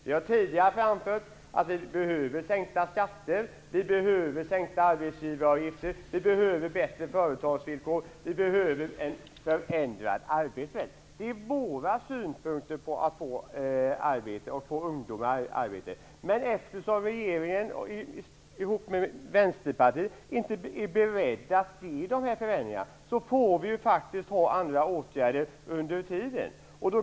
Vi har tidigare anfört att det behövs sänkta skatter, sänkta arbetsgivaravgifter, bättre företagsvillkor och ett förändrat arbete. Det är våra synpunkter på hur man får ungdomar i arbete. Men eftersom regeringen, tillsammans med Vänsterpartiet, inte är beredd att göra dessa förändringar får vi vidta andra åtgärder under tiden.